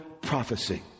prophecy